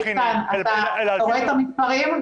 איתן, אתה רואה את המספרים?